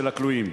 של הכלואים.